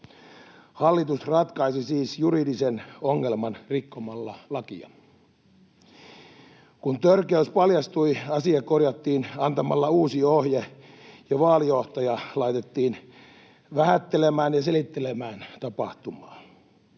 Hallitus ratkaisi siis juridisen ongelman rikkomalla lakia. Kun törkeys paljastui, asia korjattiin antamalla uusi ohje ja vaalijohtaja laitettiin vähättelemään ja selittelemään tapahtumaa.